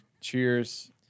cheers